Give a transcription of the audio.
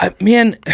man